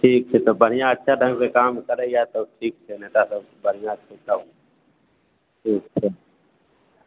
ठीक छै तब बढ़िआँ अच्छे ढङ्गसँ काम करैए तऽ ठीक छै नेतासभ बढ़िआँ छै सभ ठीक हइ